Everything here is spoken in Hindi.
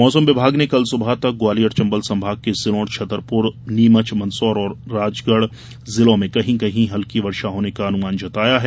मौसम विभाग ने कल सुबह तक ग्वालियर चंबल संभाग के जिलों और छतरपुर नीमच मंदसौर और राजगढ़ जिलों में कहीं कही हल्की वर्षा होने का अनुमान जताया है